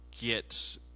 get